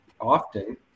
often